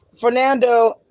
Fernando